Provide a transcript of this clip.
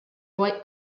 white